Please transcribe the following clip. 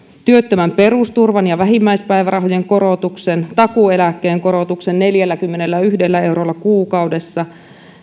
työttömän perusturvan ja vähimmäispäivärahojen korotuksen takuueläkkeen korotuksen neljälläkymmenelläyhdellä eurolla kuukaudessa